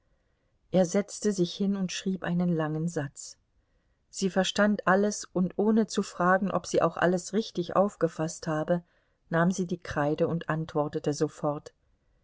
er setzte sich hin und schrieb einen langen satz sie verstand alles und ohne zu fragen ob sie auch alles richtig aufgefaßt habe nahm sie die kreide und antwortete sofort